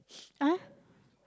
!huh!